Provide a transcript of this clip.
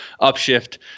upshift